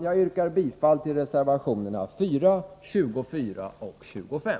Jag yrkar bifall till reservationerna 4, 24 och 25.